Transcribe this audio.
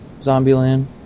Zombieland